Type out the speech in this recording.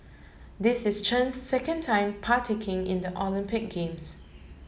this is Chen's second time partaking in the Olympic games